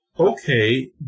Okay